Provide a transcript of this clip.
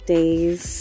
Days